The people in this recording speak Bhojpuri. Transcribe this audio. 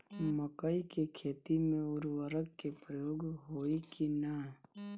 मकई के खेती में उर्वरक के प्रयोग होई की ना?